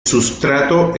sustrato